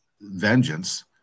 vengeance